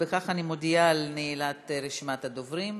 אני מודיעה על נעילת רשימת הדוברים.